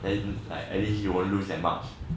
and like at least you won't lose that much